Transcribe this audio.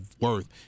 worth